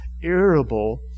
irritable